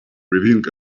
revealing